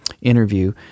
interview